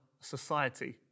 society